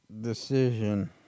decision